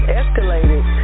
escalated